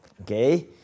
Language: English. Okay